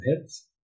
hits